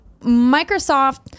Microsoft